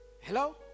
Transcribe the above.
Hello